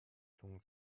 lungen